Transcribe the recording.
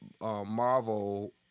Marvel